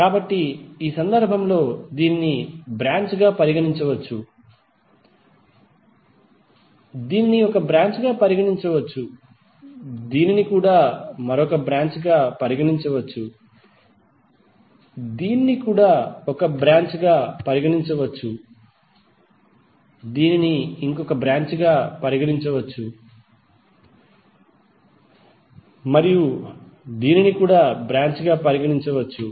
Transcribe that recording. కాబట్టి ఈ సందర్భంలో దీనిని బ్రాంచ్ గా పరిగణించవచ్చు దీనిని ఒక బ్రాంచ్ గా పరిగణించవచ్చు దీనిని ఒక బ్రాంచ్ గా పరిగణించవచ్చు దీనిని కూడా ఒక బ్రాంచ్ గా పరిగణించవచ్చు మరియు దీనిని ఒక బ్రాంచ్ గా కూడా పరిగణించవచ్చు